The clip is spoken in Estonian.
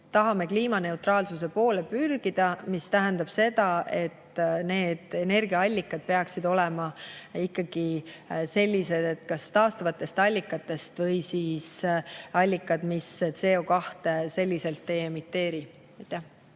tahame kliimaneutraalsuse poole pürgida. See tähendab seda, et need energiaallikad peaksid olema ikkagi kas taastuvad allikad või siis allikad, mis CO2selliselt ei emiteeri.